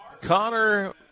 Connor